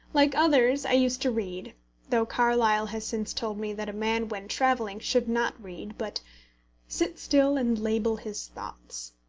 like others, i used to read though carlyle has since told me that a man when travelling should not read, but sit still and label his thoughts.